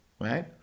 right